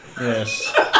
Yes